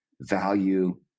value